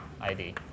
id